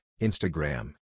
Instagram